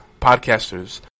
podcasters